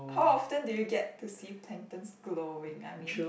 how often do you get to see planktons glowing I mean